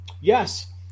Yes